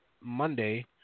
Monday